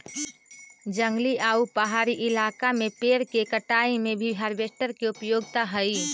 जंगली आउ पहाड़ी इलाका में पेड़ के कटाई में भी हार्वेस्टर के उपयोगिता हई